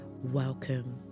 welcome